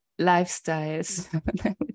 lifestyles